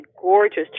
gorgeous